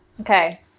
Okay